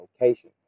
location